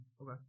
okay